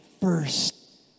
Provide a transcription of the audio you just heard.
first